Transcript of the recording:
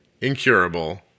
incurable